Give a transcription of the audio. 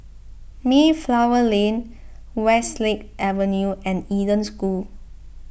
Mayflower Lane Westlake Avenue and Eden School